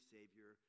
Savior